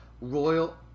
royal